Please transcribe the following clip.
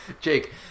Jake